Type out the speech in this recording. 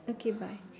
okay bye